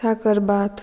साकरभात